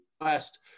West